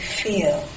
feel